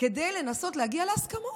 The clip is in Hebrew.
כדי לנסות להגיע להסכמות.